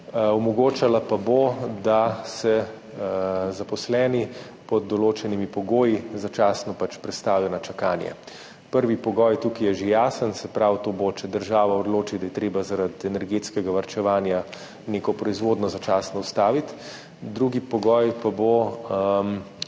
omogočala pa bo, da se zaposleni pod določenimi pogoji začasno pač prestavijo na čakanje. Prvi pogoj tukaj je že jasen, se pravi, to bo, če država odloči, da je treba zaradi energetskega varčevanja neko proizvodnjo začasno ustaviti. Drugi pogoj pa bo,